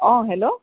অ hello